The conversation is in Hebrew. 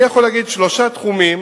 אני יכול להגיד שיש שלושה תחומים,